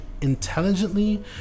intelligently